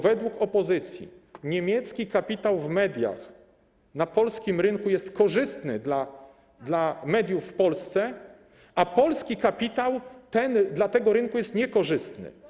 Według opozycji niemiecki kapitał w mediach na polskim rynku jest korzystny dla mediów w Polsce, a polski kapitał jest dla tego rynku niekorzystny.